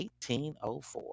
1804